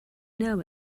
know